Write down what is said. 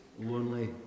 lonely